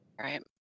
Right